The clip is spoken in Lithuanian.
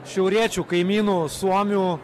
šiauriečių kaimynų suomių